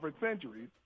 centuries